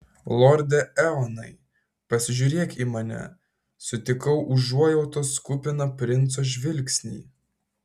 lorde eonai pasižiūrėk į mane sutikau užuojautos kupiną princo žvilgsnį